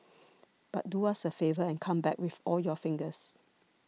but do us a favour and come back with all your fingers